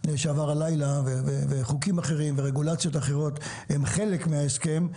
זה שעבר הלילה וחוקים אחרים ורגולציות אחרות הן חלק מההסכם,